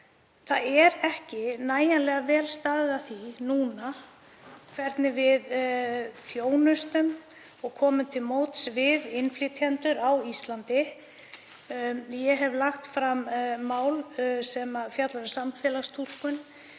Það er ekki nægjanlega vel staðið að því núna hvernig við þjónustum og komum til móts við innflytjendur á Íslandi. Ég hef lagt fram mál sem fjallar um samfélagstúlkun.